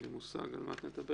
קשה להאמין.